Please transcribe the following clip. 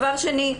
דבר שני,